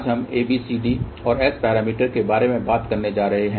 आज हम ABCD और S पैरामीटर के बारे में बात करने जा रहे हैं